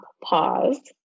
pause